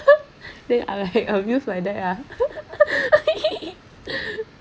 then I am heck amused by that ah